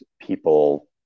people